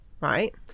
right